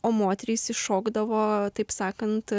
o moterys iššokdavo taip sakant